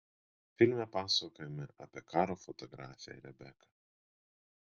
filme pasakojama apie karo fotografę rebeką